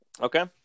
Okay